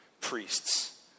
priests